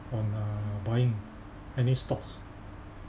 on uh buying any stocks